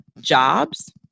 Jobs